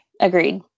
agreed